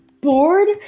bored